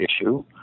issue